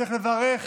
צריך לברך